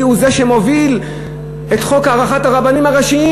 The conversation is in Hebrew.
הוא זה שמוביל את חוק הארכת כהונת הרבנים הראשיים,